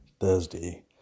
Thursday